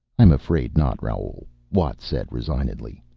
i'm afraid not, raoul, watt said resignedly.